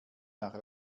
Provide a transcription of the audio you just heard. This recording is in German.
nach